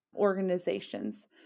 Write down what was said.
organizations